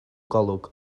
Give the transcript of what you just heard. golwg